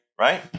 right